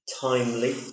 timely